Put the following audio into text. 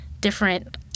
different